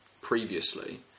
previously